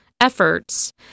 efforts